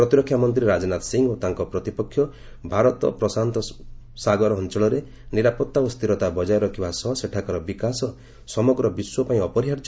ପ୍ରତିରକ୍ଷା ମନ୍ତ୍ରୀ ରାଜନାଥ ସିଂହ ଓ ତାଙ୍କ ପ୍ରତିପକ୍ଷ ଭାରତ ପ୍ରଶାନ୍ତସାଗରୀୟ ନିରାପତ୍ତା ଓ ସ୍ଥିରତା ବଜାର ରଖିବା ସହ ସେଠାକାର ବିକାଶ ସମଗ୍ର ବିଶ୍ୱପାଇଁ ଅପରିହାର୍ଯ୍ୟ